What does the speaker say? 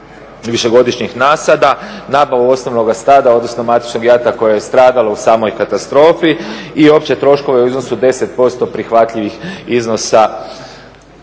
višegodišnjih nasada, nabavu osnovnoga stada, odnosno …/Govornik se ne razumije./… koje je stradalo u samoj katastrofi i opće troškove u iznosu 10% prihvatljivih iznosa